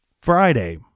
Friday